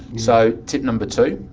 so tip number two?